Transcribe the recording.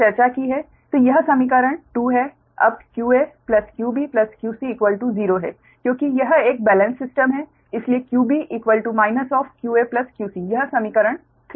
तो यह समीकरण 2 है अब qaqbqc0 है क्योंकि यह एक बेलेन्स सिस्टम है इसलिए qb qaqc यह समीकरण 3 है